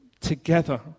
together